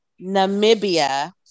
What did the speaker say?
Namibia